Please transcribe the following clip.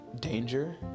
danger